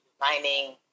mining